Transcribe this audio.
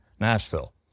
Nashville